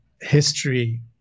history